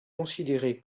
considéré